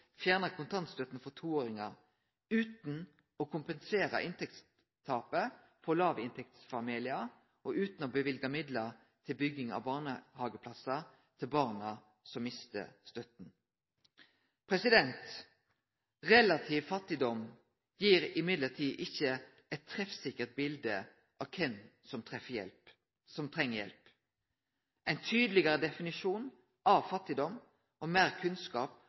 fjernar kontantstøtta for toåringar utan å kompensere for inntektstapet for låginntektsfamiliar og utan å løyve midlar til bygging av barnehageplassar til barna som mistar støtta. Relativ fattigdom gir likevel ikkje eit treffsikkert bilete av kven som treng hjelp. Ein tydelegare definisjon av fattigdom og meir kunnskap